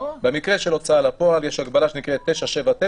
במקרה של הוצאה לפועל יש הגבלה שנקראת 979,